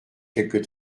quelques